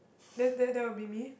then then that will be me